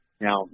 Now